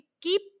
keep